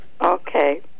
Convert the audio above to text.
Okay